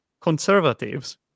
conservatives